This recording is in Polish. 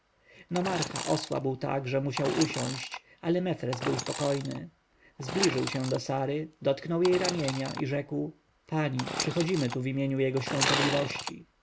plamy nomarcha osłabł tak że musiał usiąść ale mefres był spokojny zbliżył się do sary dotknął jej ramienia i rzekł pani przychodzimy tu w imieniu jego świątobliwości